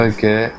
Okay